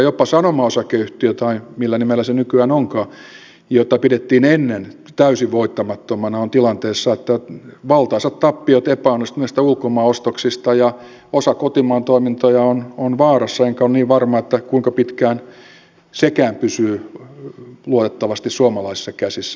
jopa sanoma osakeyhtiö tai millä nimellä se nykyään onkaan jota pidettiin ennen täysin voittamattomana on tilanteessa että on valtaisat tappiot epäonnistuneista ulkomaan ostoksista ja osa kotimaan toimintoja on vaarassa enkä ole niin varma kuinka pitkään sekään pysyy luotettavasti suomalaisissa käsissä